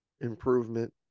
improvement